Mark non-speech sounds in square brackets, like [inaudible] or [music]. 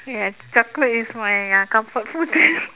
ya chocolate is my ya comfort food [laughs]